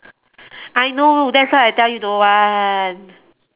I know that's why I tell you don't want